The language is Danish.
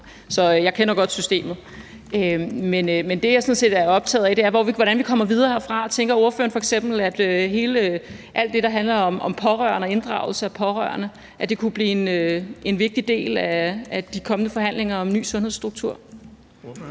så jeg kender godt systemet. Men det, jeg sådan set er optaget af, er, hvordan vi kommer videre herfra. Tænker ordføreren f.eks., at alt det, der handler om pårørende og inddragelse af pårørende, kunne blive en vigtig del af de kommende forhandlinger om en ny sundhedsstruktur?